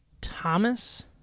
Thomas